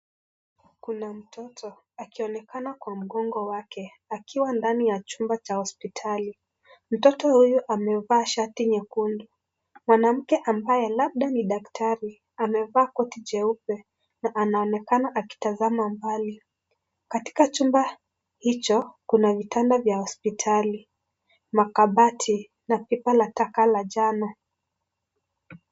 Kuna mtoto akionekana kwa mgongo wake akiwa ndani ya chumba cha hospitali, mtoto huyu amevaa shati nyekundu, mwanamke ambaye labda ni daktari amevaa koti jeupe na anaonekana akitazama mbali, katika chumba hicho kuna vitanda vya hospitali, makabati na pipa la taka la jano.